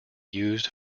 used